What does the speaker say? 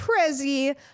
Prezi